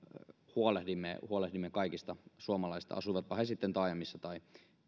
huolehdimme huolehdimme kaikista suomalaisista asuivatpa he sitten taajamissa tai